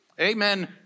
Amen